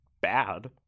bad